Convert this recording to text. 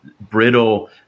brittle